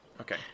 Okay